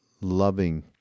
loving